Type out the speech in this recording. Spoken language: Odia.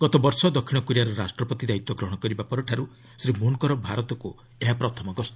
ଗତବର୍ଷ ଦକ୍ଷିଣ କୋରିଆର ରାଷ୍ଟ୍ରପତି ଦାୟିତ୍ୱ ଗ୍ରହଣ କରିବା ପରଠାରୁ ଶ୍ରୀ ମୁନ୍ଙ୍କର ଭାରତର ଏହା ପ୍ରଥମ ଗସ୍ତ